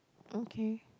okay